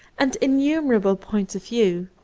and innumerable points of view.